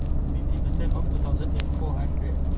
twenty percent of two thousand eight four hundred